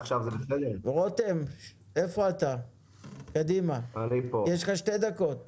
יואב רותם, בבקשה, שתי דקות לרשותך.